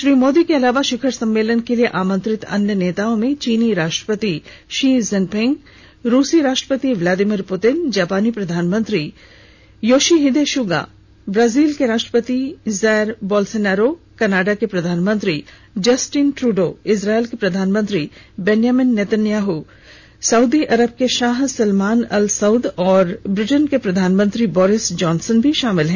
श्री मोदी के अलावा शिखर सम्मेलन के लिए आमंत्रित अन्य नेताओं में चीनी राष्ट्रपति शी जिनपिंग रूसी राष्ट्रपति व्लादिमीर पुतिन जापानी प्रधान मंत्री योशिहिदे सुगा ब्राजील के राष्ट्रपति जायर बोल्सोनारो कनाडा के प्रधानमंत्री जस्टिन ट्रडो इजरायल के प्रधानमंत्री बेन्यामिन नेतन्याहू सऊदी अरब के शाह सलमान अल सऊद और ब्रिटेन के प्रधानमंत्री बोरिस जॉनसन भी शामिल हैं